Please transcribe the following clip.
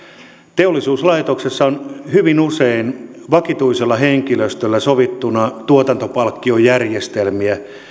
teollisuuslaitoksessa on hyvin usein vakituisella henkilöstöllä sovittuna tuotantopalkkiojärjestelmiä